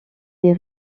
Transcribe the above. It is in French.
les